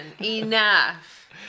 Enough